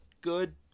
good